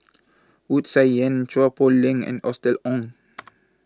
Wu Tsai Yen Chua Poh Leng and Austen Ong